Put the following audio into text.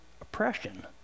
oppression